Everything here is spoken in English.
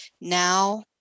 now